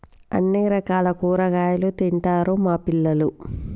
అన్ని రకాల కూరగాయలు తింటారు మా పిల్లలు